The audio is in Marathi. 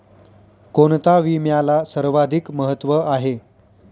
कोणता विम्याला सर्वाधिक महत्व आहे?